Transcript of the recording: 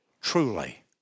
truly